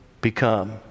become